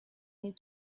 need